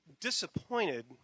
disappointed